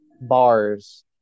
bars